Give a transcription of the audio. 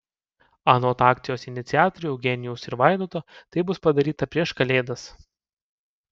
anot akcijos iniciatorių eugenijaus ir vaidoto tai bus padaryta prieš kalėdas